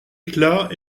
éclat